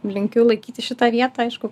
linkiu laikyti šitą vietą aišku